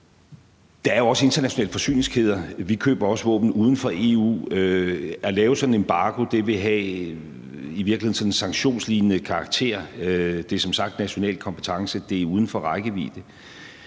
Der er også internationale forsyningskæder. Vi køber også våben uden for EU. At lave sådan en embargo vil i virkeligheden have sådan en sanktionslignende karakter. Det er som sagt national kompetence. Det er uden for rækkevidde.